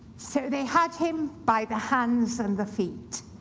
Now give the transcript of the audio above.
so they had him by the hands and the feet.